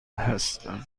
هستم